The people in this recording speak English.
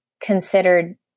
considered